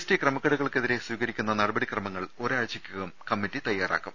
T ക്രമക്കേടുകൾക്കെതിരെ സ്വീകരിക്കുന്ന നടപടിക്രമങ്ങൾ ഒരാഴ്ചക്കകം കമ്മിറ്റി തയ്യാറാക്കും